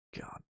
god